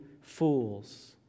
fools